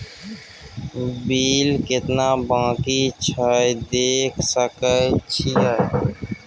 Bill केतना बाँकी छै देख सके छियै?